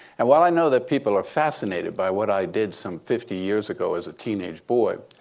and while i know that people are fascinated by what i did some fifty years ago as a teenage boy,